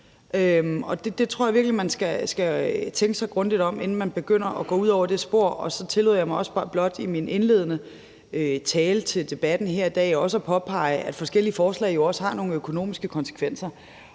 Der tror jeg virkelig, man skal tænke sig grundigt om, inden man begynder at gå ud ad det spor. Så tillod jeg mig blot i min indledende tale til debatten her i dag at påpege, at forskellige forslag jo også har nogle økonomiske konsekvenser.